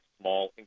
small